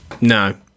No